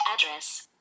Address